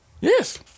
Yes